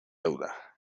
duda